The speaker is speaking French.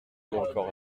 encore